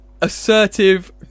assertive